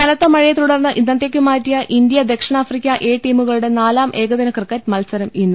കനത്ത മഴയെ തുടർന്ന് ഇന്നത്തേക്ക് മാറ്റിയ ഇന്ത്യ ദക്ഷി ണാഫ്രിക്ക എ ടീമുകളുടെ നാലാം ഏകദിന ക്രിക്കറ്റ് മത്സരം ഇന്ന്